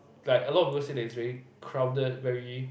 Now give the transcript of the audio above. like a lot of people say that it's very crowded very